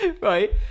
Right